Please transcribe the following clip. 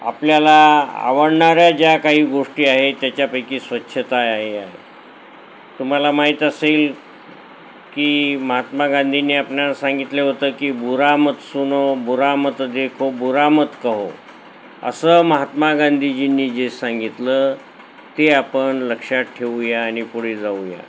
आपल्याला आवडणाऱ्या ज्या काही गोष्टी आहे त्याच्यापैकी स्वच्छता आहे आहे तुम्हाला माहीत असेल की महात्मा गांधीनी आपल्या सांगितलं होतं की बुरा मत सुनो बुरा मत देखो बुरा मत कहो असं महात्मा गांधीजींनी जे सांगितलं ते आपण लक्षात ठेऊया आणि पुढे जाऊया